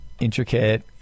intricate